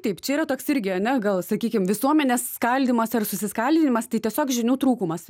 taip čia yra toks irgi ane gal sakykim visuomenės skaldymas ar susiskaldinimas tai tiesiog žinių trūkumas